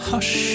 Hush